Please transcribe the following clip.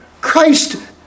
Christ